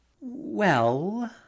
Well